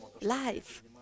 life